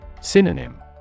Synonym